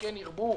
כן ירבו,